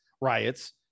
riots